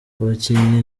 abakinnyi